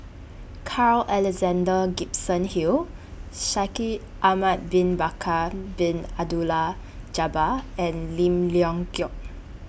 Carl Alexander Gibson Hill Shaikh Ahmad Bin Bakar Bin Abdullah Jabbar and Lim Leong Geok